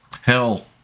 Hell